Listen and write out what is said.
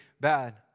bad